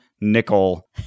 nickel